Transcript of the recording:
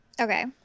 Okay